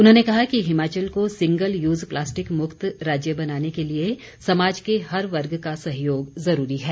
उन्होंने कहा कि हिमाचल को सिंगल यूज़ प्लास्टिक मुक्त राज्य बनाने के लिए समाज के हर वर्ग का सहयोग ज़रूरी है